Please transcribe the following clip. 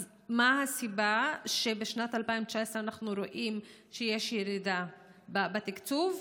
אז מה הסיבה שבשנת 2019 אנחנו רואים שיש ירידה בתקצוב,